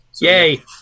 Yay